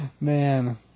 Man